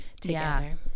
Together